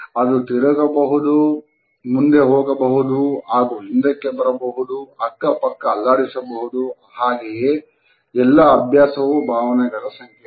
ಅದು ತಿರುಗಬಹುದು ಮುಂದೆ ಹೋಗಬಹುದು ಹಾಗೂ ಹಿಂದಕ್ಕೆ ಬರಬಹುದು ಅಕ್ಕಪಕ್ಕ ಅಲ್ಲಾಡಿಸಬಹುದು ಹಾಗೆಯೇ ಎಲ್ಲಾ ಅಭ್ಯಾಸವು ಭಾವನೆಗಳ ಸಂಕೇತವಾಗಿದೆ